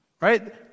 right